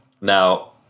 Now